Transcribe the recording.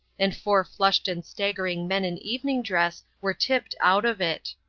and four flushed and staggering men in evening dress were tipped out of it.